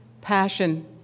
passion